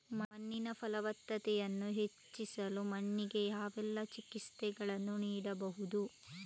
ಮಣ್ಣಿನ ಫಲವತ್ತತೆಯನ್ನು ಹೆಚ್ಚಿಸಲು ಮಣ್ಣಿಗೆ ಯಾವೆಲ್ಲಾ ಚಿಕಿತ್ಸೆಗಳನ್ನು ನೀಡಬಹುದು?